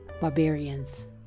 barbarians